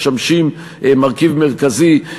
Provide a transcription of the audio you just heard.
משמש מרכיב מרכזי.